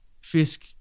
Fisk